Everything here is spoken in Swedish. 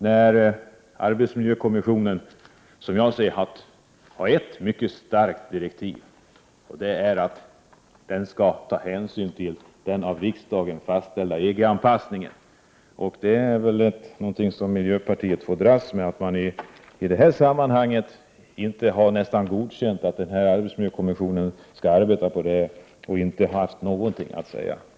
När arbetsmiljökommissionen, som jag ser det, har ett mycket starkt direktiv, att den skall ta hänsyn till den av riksdagen fastställda EG-anpassningen, är det väl någonting som miljöpartiet får dras med, eftersom partiet i detta sammanhang inte har haft någonting att säga utan nästan godkänt att arbetsmiljökommissionen skall arbeta på det här sättet.